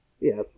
Yes